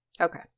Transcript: Okay